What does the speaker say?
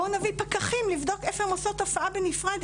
בואו נביא פקחים לבדוק איפה הן עושות הופעה נפרדת.